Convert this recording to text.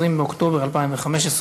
20 באוקטובר 2015,